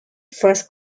first